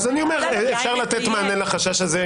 אני אומר שאפשר לתת מענה לחשש הזה.